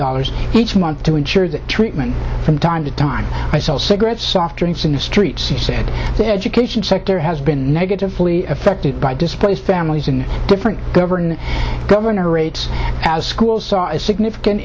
dollars each month to ensure that treatment from time to time i sell cigarettes soft drinks in the streets and save the education sector has been negatively affected by displaced families in different government governor rates as schools saw a significant